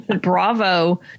Bravo